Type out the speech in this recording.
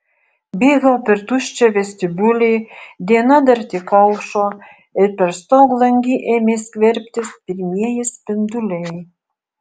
bėgau per tuščią vestibiulį diena dar tik aušo ir per stoglangį ėmė skverbtis pirmieji spinduliai